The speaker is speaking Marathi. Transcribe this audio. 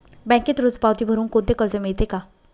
बँकेत रोज पावती भरुन कोणते कर्ज मिळते का?